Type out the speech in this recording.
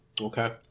okay